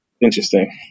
interesting